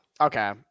Okay